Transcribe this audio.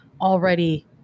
already